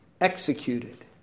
executed